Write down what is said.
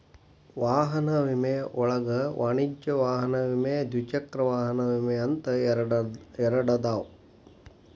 ವಾಹನ ವಿಮೆ ಒಳಗ ವಾಣಿಜ್ಯ ವಾಹನ ವಿಮೆ ದ್ವಿಚಕ್ರ ವಾಹನ ವಿಮೆ ಅಂತ ಎರಡದಾವ